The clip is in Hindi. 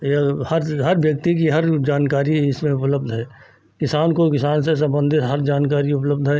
या हर हर व्यक्ति की हर जानकारी इसमें उपलब्ध है किसान को किसान से संबंधित हर जानकारी उपलब्ध है